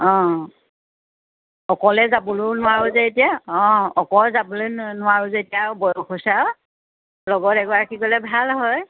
অঁ অকলে যাবলৈও নোৱাৰোঁ যে এতিয়া অঁ অকল যাবলৈ ন নোৱাৰোঁ যে এতিয়া বয়স হৈছে আৰু লগত এগৰাকী গ'লে ভাল হয়